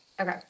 Okay